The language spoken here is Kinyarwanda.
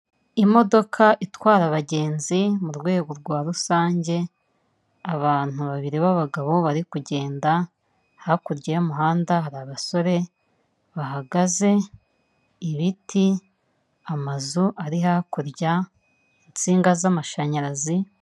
Imodoka itwara abagenzi murwego rwa rusange. Abantu babiri b'abagabo bari kugenda. Hakurya y'umuhanda hari abasore, bahagaze, ibiti, amazu ari hakurya , insinga z'amashanyarazi.